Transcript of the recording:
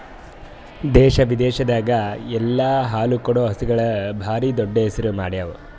ದೇಶ ವಿದೇಶದಾಗ್ ಎಲ್ಲ ಹಾಲು ಕೊಡೋ ಹಸುಗೂಳ್ ಭಾಳ್ ದೊಡ್ಡ್ ಹೆಸರು ಮಾಡ್ಯಾವು